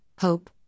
hope